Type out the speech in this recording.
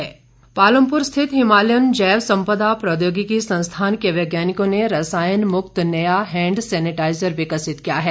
sanitiser Palampur स्थित हिमालय जैव संपदा प्रौद्योगिकी संस्थान के वैज्ञानिकों ने रसायन मुक्त नया हैंड सैनिटाईजर विकसित किया है